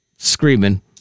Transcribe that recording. Screaming